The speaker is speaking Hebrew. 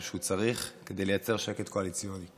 שהוא צריך כדי לייצר שקט קואליציוני.